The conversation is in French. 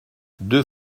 deux